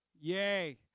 Yay